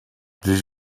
this